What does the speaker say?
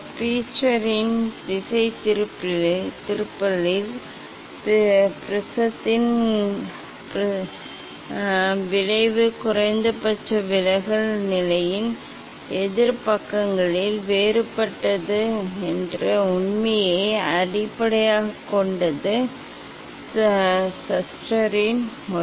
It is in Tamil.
பீஸ்டரின் திசைதிருப்பலில் ப்ரிஸத்தின் விளைவு குறைந்தபட்ச விலகல் நிலையின் எதிர் பக்கங்களில் வேறுபட்டது என்ற உண்மையை அடிப்படையாகக் கொண்டது ஷஸ்டரின் முறை